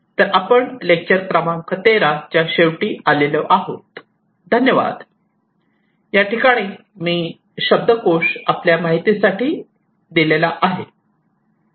तर आपण या लेक्चर क्रमांक 13 च्या शेवटी आलो आहोत